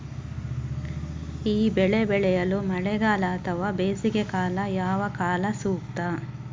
ಈ ಬೆಳೆ ಬೆಳೆಯಲು ಮಳೆಗಾಲ ಅಥವಾ ಬೇಸಿಗೆಕಾಲ ಯಾವ ಕಾಲ ಸೂಕ್ತ?